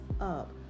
up